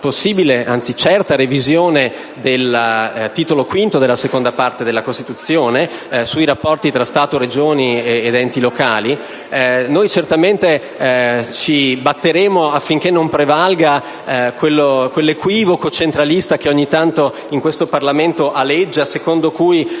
possibile - anzi certa - revisione del Titolo V della Parte II della Costituzione, relativamente ai rapporti tra Stato, Regioni ed enti locali. Certamente noi ci batteremo affinché non prevalga quell'equivoco centralista che ogni tanto in questo Parlamento aleggia, secondo cui